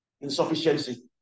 Insufficiency